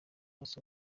wose